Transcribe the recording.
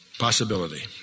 Possibility